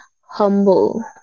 humble